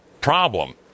problem